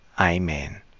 Amen